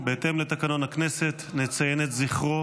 בהתאם לתקנון הכנסת, נציין את זכרו